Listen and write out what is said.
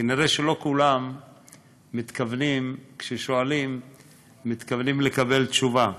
כנראה שלא כולם כשהם שואלים מתכוונים לקבל תשובה.